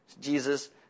Jesus